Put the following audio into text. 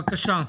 בבקשה.